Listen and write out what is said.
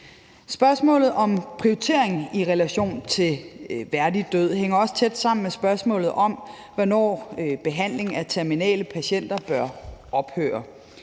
Spørgsmålet om prioriteringen i relation til en værdig død hænger også tæt sammen med spørgsmålet om, hvornår behandlingen af terminale patienter bør ophøre.